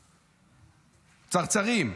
צרצרים.